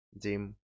Dim